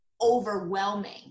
overwhelming